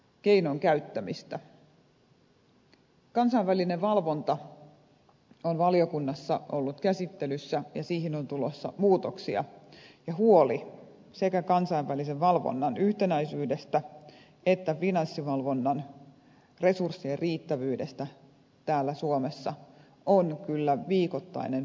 kansainvälinen valvonta on valiokunnassa ollut käsittelyssä ja siihen on tulossa muutoksia ja huoli sekä kansainvälisen valvonnan yhtenäisyydestä että finanssivalvonnan resurssien riittävyydestä täällä suomessa on kyllä viikoittainen puheenaihe valiokunnassa